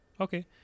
Okay